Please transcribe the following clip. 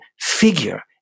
figure